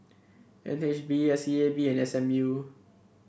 N H B S E A B and S M U